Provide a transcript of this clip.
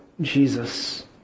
Jesus